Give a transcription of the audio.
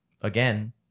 again